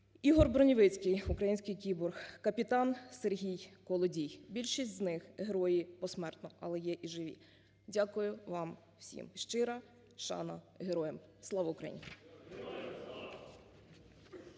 Ігор Броневицький (український кіборг), капітан Сергій Колодій. Більшість з них герої посмертно, але є і живі. Дякую вам всім. Щира шана героям. Слава Україні!